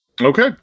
Okay